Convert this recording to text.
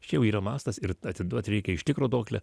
čia jau yra mastas ir atiduot reikia iš tikro duoklę